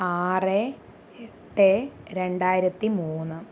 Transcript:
ആറ് എട്ട് രണ്ടായിരത്തി മൂന്ന്